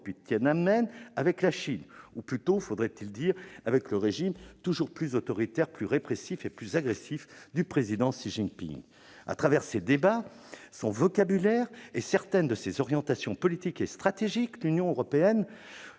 depuis Tiananmen, avec la Chine, ou plutôt, faudrait-il dire, avec le régime toujours plus autoritaire, plus répressif et plus agressif du président Xi Jinping ! À travers ses débats, son vocabulaire et certaines de ses orientations politiques et stratégiques, l'Union européenne,